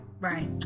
right